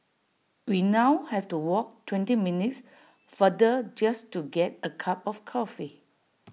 we now have to walk twenty minutes farther just to get A cup of coffee